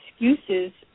excuses